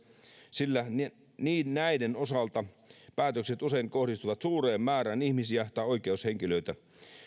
sillä näiden osalta päätökset usein kohdistuvat suureen määrään ihmisiä tai oikeushenkilöitä